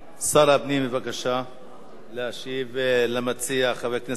שר הפנים, בבקשה להשיב למציע, חבר הכנסת אדרי.